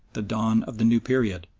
the dawn of the new period,